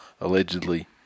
allegedly